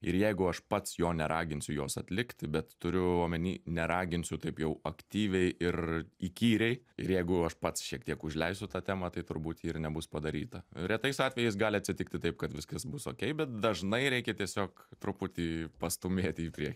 ir jeigu aš pats jo neraginsiu jos atlikti bet turiu omeny neraginsiu taip jau aktyviai ir įkyriai ir jeigu aš pats šiek tiek užleisiu tą temą tai turbūt ji ir nebus padaryta retais atvejais gali atsitikti taip kad viskas bus okei bet dažnai reikia tiesiog truputį pastūmėti į priekį